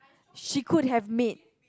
she could have made